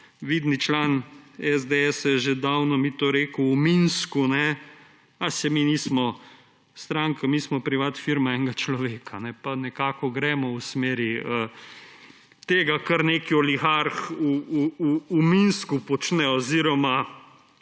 Vidni član SDS mi je že davno to rekel v Minsku, saj mi nismo stranka, mi smo privatna firma enega človeka, pa nekako gremo v smeri tega, kar nek oligarh v Minsku počne oziroma